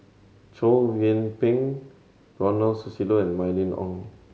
Chow Yian Ping Ronald Susilo and Mylene Ong